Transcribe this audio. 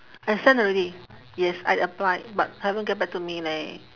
I send already yes I applied but haven't get back to me leh